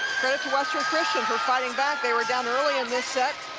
to western christian for fighting back they were down early in this set,